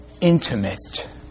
intimate